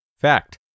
Fact